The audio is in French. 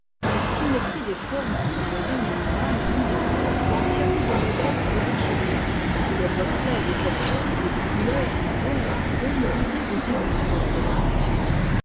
la symétrie des formes dans le règne végétal et minéral a servi de modèle aux architectes et le reflet des objets et des couleurs dans l'onde donne l'idée des illusions de la peinture